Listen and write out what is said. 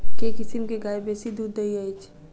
केँ किसिम केँ गाय बेसी दुध दइ अछि?